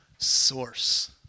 source